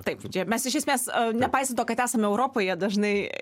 taip mes iš esmės nepaisant to kad esame europoje dažnai